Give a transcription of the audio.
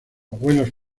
abuelos